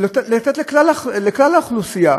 לתת לכלל האוכלוסייה,